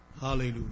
Hallelujah